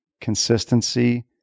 consistency